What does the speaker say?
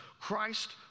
Christ